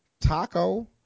taco